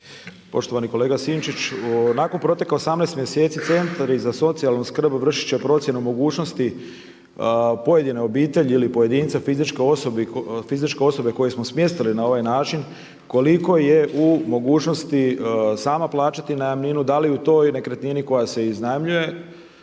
Poštovani kolega Sinčić, nakon proteka 18 mjeseci centri za socijalnu skrb vršit će procjenu mogućnosti pojedine obitelji, ili pojedinca, fizičke osobe koje smo smjestili na ovaj način koliko je u mogućnosti sama plaćati najamninu, da li u toj nekretnini koja se iznajmljuje,